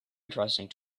interesting